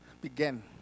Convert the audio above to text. began